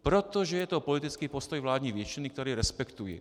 Protože je to politický postoj vládní většiny, který respektuji.